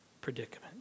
predicament